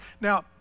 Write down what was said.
Now